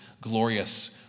glorious